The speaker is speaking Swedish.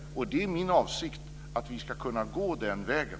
Och det är min avsikt att vi ska kunna gå den vägen.